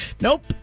Nope